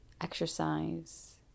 exercise